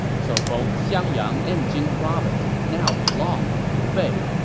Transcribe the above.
so both xiangyang and jing province now belonged to liu bei,